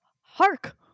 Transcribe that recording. Hark